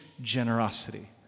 generosity